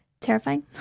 terrifying